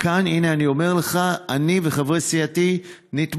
כאן, הינה אני אומר לך, אני וחברי סיעתי נתמוך.